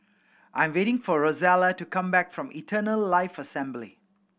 I am waiting for Rosella to come back from Eternal Life Assembly